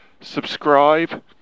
subscribe